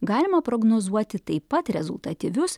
galima prognozuoti taip pat rezultatyvius